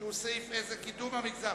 קידום המגזר,